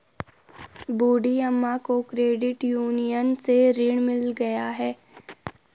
बूढ़ी अम्मा को credit union से ऋण मिल गया है